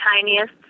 tiniest